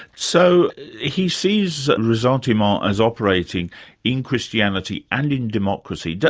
so he sees resentiment as operating in christianity and in democracy.